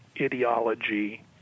ideology